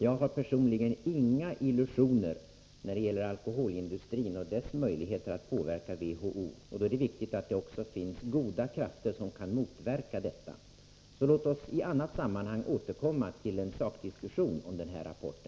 Jag har personligen inga illusioner när det gäller alkoholindustrin och dess möjligheter att påverka WHO. Det är viktigt att det också finns goda krafter som kan motverka dessa möjligheter. Låt oss därför i annat sammanhang återkomma till en sakdiskussion om den här rapporten.